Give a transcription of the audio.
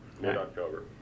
mid-October